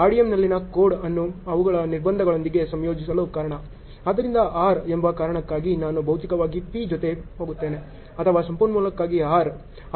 RDMನಲ್ಲಿನ code ಅನ್ನು ಅವುಗಳ ನಿರ್ಬಂಧಗಳೊಂದಿಗೆ ಸಂಯೋಜಿಸಲು ಕಾರಣ ಆದ್ದರಿಂದ R ಎಂಬ ಕಾರಣಕ್ಕಾಗಿ ನಾನು ಭೌತಿಕವಾಗಿ P ಜೊತೆ ಹೋಗುತ್ತೇನೆ ಅಥವಾ ಸಂಪನ್ಮೂಲಕ್ಕಾಗಿ R